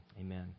Amen